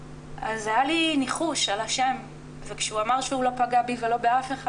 אז היה לי ניחוש על השם וכשהוא אמר שהוא לא פגע בי ולא באף אחד,